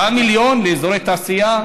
7 מיליון לאזורי תעשייה?